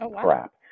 crap